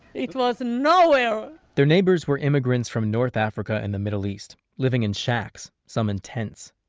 it was no where! their neighbors were immigrants from north africa and the middle east, living in shacks, some in tents.